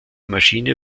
maschine